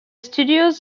studios